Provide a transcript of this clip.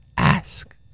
Ask